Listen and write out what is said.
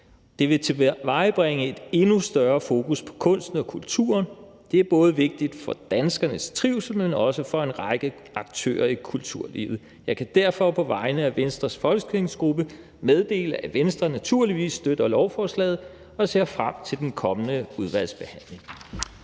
Det vil tilvejebringe et endnu større fokus på kunsten og kulturen. Det er både vigtigt for danskernes trivsel, men også for en række aktører i kulturlivet. Jeg kan derfor på vegne af Venstres folketingsgruppe meddele, at Venstre naturligvis støtter lovforslaget og ser frem til den kommende udvalgsbehandling.